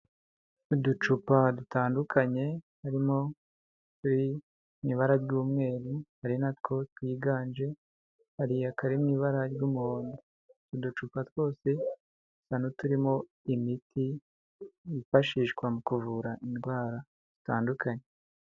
Uducupa dutandukanye harimo uturi mu ibara ry'umweru ari natwo twiganje, hari akari mu ibara ry'umuhondo, uducupa twose dusa n'uturimo imiti yifashishwa mu kuvura indwara zitandukanye.